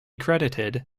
credited